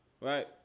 right